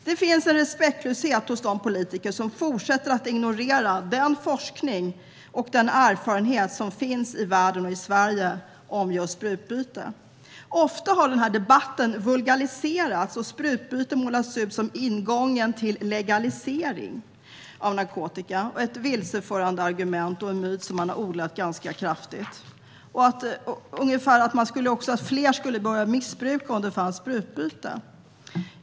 Det finns en respektlöshet hos de politiker som fortsätter ignorera den forskning och erfarenhet som finns i världen och i Sverige om just sprututbyte. Ofta har debatten vulgariserats och sprututbyte målats ut som ingången till legalisering av narkotika. Det är ett vilseförande argument och en myt som man har odlat ganska kraftigt. Man verkar mena att fler skulle börja missbruka om det fanns sprututbyte.